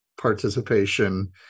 participation